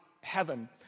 heaven